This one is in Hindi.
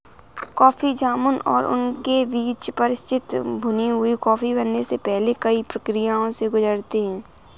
कॉफी जामुन और उनके बीज परिचित भुनी हुई कॉफी बनने से पहले कई प्रक्रियाओं से गुजरते हैं